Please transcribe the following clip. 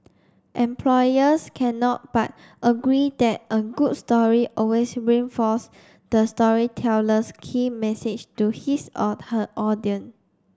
employers cannot but agree that a good story always reinforce the storyteller's key message to his or her audience